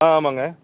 ஆ ஆமாங்க